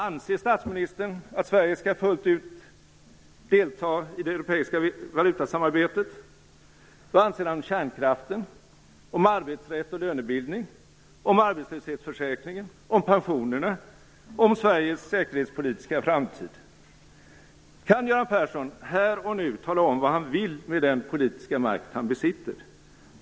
Anser statsministern att Sverige skall delta fullt ut i det europeiska valutasamarbetet? Vad anser han om kärnkraften? Om arbetsrätt och lönebildning? Om arbetslöshetsförsäkringen? Om pensionerna? Om Sveriges säkerhetspolitiska framtid? Kan Göran Persson här och nu tala om vad han vill med den politiska makt han besitter?